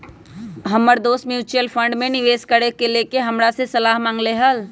हमर दोस mutual fund में निवेश करे से लेके हमरा से सलाह मांगलय ह